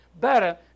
better